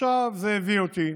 עכשיו זה הביא אותי